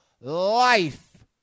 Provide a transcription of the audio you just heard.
life